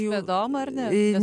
juodom ar ne